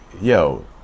yo